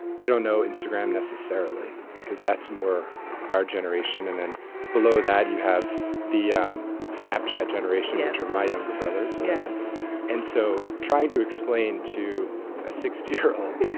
they don't know instagram necessarily because that's more our generation and then below that you have the um snapchat generation after my younger brothers. yeah and so trying to explain to a sixty year old